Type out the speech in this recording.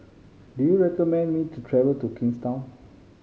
do you recommend me to travel to Kingstown